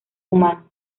humanos